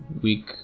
week